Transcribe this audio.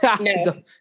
No